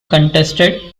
contested